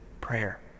prayer